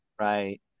Right